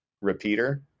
repeater